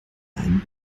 einen